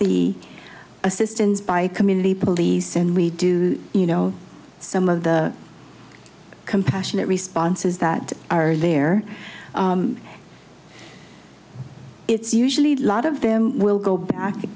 the assistance by community police and we do you know some of the compassionate responses that are there it's usually a lot of them will go back